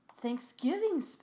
Thanksgiving